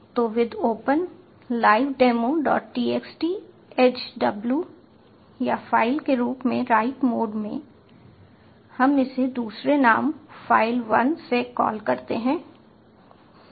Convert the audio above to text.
तो with open live demotxt as w या file के रूप में राइट मोड में हम इसे दूसरे नाम file1 से कॉल करते हैं